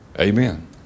Amen